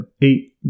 eight